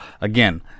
again